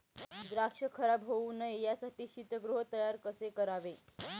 द्राक्ष खराब होऊ नये यासाठी शीतगृह तयार कसे करावे?